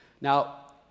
Now